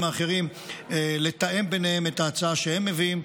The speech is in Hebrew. האחרים לתאם ביניהם את ההצעה שהם מביאים,